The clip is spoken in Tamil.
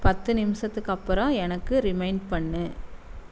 பத்து நிமிஷத்துக்கு அப்புறம் எனக்கு ரிமைண்ட் பண்ணு